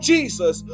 Jesus